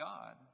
God